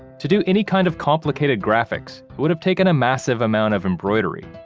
to do any kind of complicated graphics, it would have taken a massive amount of embroidery,